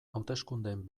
hauteskundeen